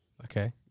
Okay